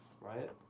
right